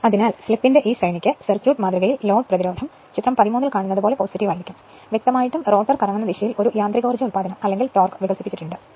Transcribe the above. അതിനാൽ സ്ലിപ്പിന്റെ ഈ ശ്രേണിക്ക് സർക്യൂട്ട് മാതൃകയിൽ ലോഡ് പ്രതിരോധം ചിത്രം 13 കാണുന്നത് പോലെ പോസിറ്റീവ് ആണ് വ്യക്തമായും റോട്ടർ കറങ്ങുന്ന ദിശയിൽ ഒരു യാന്ത്രികോർജ ഉൽപാദനം അല്ലെങ്കിൽ ടോർക്ക് വികസിപ്പിച്ചെടുത്തിട്ടുണ്ട്